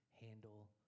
handle